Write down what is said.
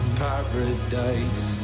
paradise